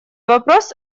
вопрос